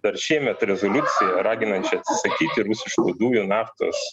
dar šiemet rezoliuciją raginančią atsisakyti rusiškų dujų naftos